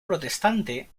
protestante